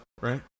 right